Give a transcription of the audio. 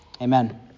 Amen